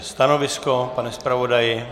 Stanovisko, pane zpravodaji?